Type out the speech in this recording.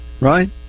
Right